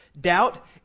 Doubt